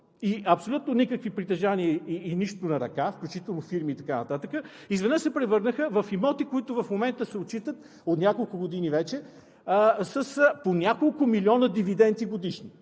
и абсолютно никакви притежания и нищо на ръка, включително фирми и така нататък, изведнъж се превърнаха в имоти, които в момента се отчитат – от няколко години вече, с по няколко милиона дивиденти годишно.